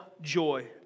joy